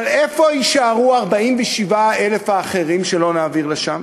איפה יישארו 47,000 האחרים שלא נעביר לשם?